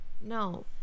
no